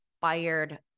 fired